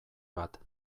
bat